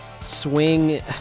swing